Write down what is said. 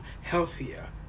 healthier